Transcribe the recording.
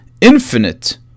infinite